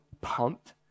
pumped